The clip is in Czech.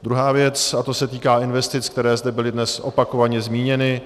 Druhá věc, a to se týká investic, které zde byly dnes opakovaně zmíněny.